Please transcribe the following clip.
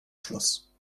schluss